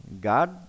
God